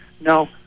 No